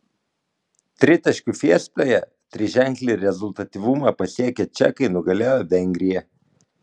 tritaškių fiestoje triženklį rezultatyvumą pasiekę čekai nugalėjo vengriją